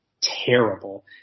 terrible